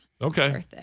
Okay